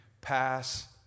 pass